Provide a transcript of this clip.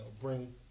bring